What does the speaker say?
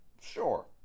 sure